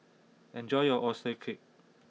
enjoy your Oyster Cake